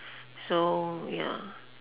so ya